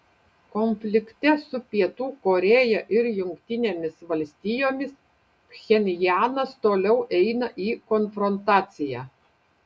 konflikte su pietų korėja ir jungtinėmis valstijomis pchenjanas toliau eina į konfrontaciją